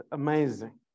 amazing